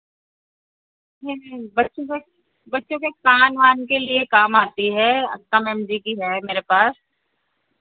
नहीं नहीं बच्चों के बच्चों के कान वान के लिए काम आती है कम एम जी की है मेरे पास